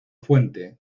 fuente